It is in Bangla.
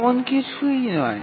এমন কিছুই নয়